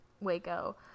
Waco